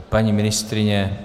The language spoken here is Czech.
Paní ministryně?